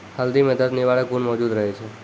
हल्दी म दर्द निवारक गुण मौजूद रहै छै